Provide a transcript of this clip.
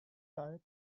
diet